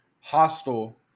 hostile